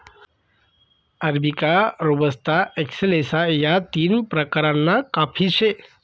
arabica, robusta, excelsa या तीन प्रकारना काफी से